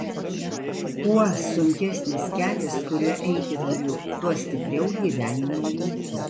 kuo sunkesnis kelias kuriuo eiti turiu tuo stipriau gyvenimą juntu